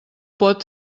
pot